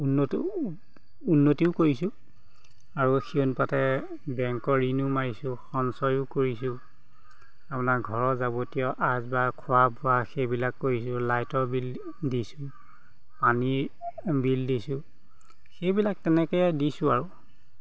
উন্নতিও কৰিছোঁ আৰু সেই অনুপাতে বেংকৰ ঋণো মাৰিছোঁ সঞ্চয়ো কৰিছোঁ আপোনাৰ ঘৰৰ যাৱতীয় আচবাব খোৱা বোৱা সেইবিলাক কৰিছোঁ লাইটৰ বিল দিছোঁ পানীৰ বিল দিছোঁ সেইবিলাক তেনেকৈয়ে দিছোঁ আৰু